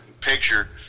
picture